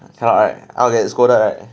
cannot right I'll get scolded right